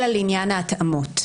אלא לעניין ההתאמות.